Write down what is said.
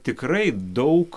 tikrai daug